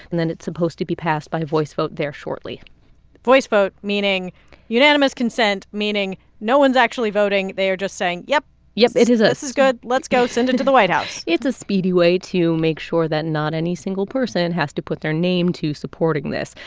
and then it's supposed to be passed by a voice vote there shortly voice vote meaning unanimous consent meaning no one's actually voting. they are just saying, yep yep. it is. this is good. let's go send it to the white house it's a speedy way to make sure that not any single person has to put their name to supporting this.